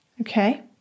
Okay